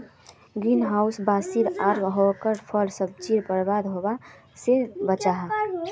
green house बारिश आर कोहरा से फल सब्जिक बर्बाद होवा से बचाहा